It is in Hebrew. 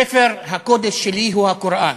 ספר הקודש שלי הוא הקוראן.